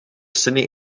sydney